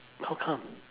how come